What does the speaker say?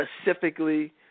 specifically